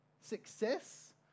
success